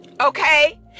Okay